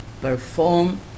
perform